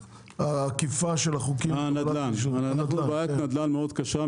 אנחנו נמצאים גם בבעיית נדל"ן מאוד קשה.